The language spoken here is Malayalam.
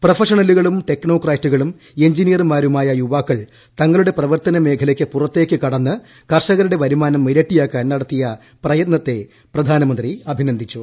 പ്രൊഫഷണലുകളും ടെക്നോക്രാറ്റുകളും എഞ്ചിനീയർ മാരുമായ യുവാക്കൾ തങ്ങളുടെ പ്രവർത്തന മേഖലയ്ക്ക് പുറത്തേയ്ക്ക് കടന്ന് കർഷകരുടെ വരുമാനം ഇരട്ടിയാക്കാൻ നടത്തിയ പ്രയത്നത്തെ പ്രധാനമന്ത്രി അഭിനന്ദിച്ചു